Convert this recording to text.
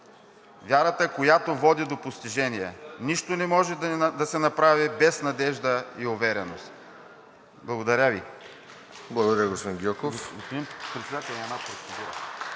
вярата, която води до постижения. Нищо не може да се направи без надежда и увереност.“ Благодаря Ви.